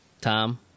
Tom